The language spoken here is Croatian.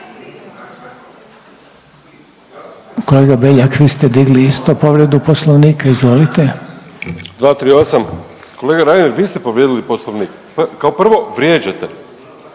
Kolega Beljak, vi ste digli isto povredu Poslovnika, izvolite. **Beljak, Krešo (HSS)** 238. Kolega Reiner, vi ste povrijedili Poslovnik. Kao prvo, vrijeđate,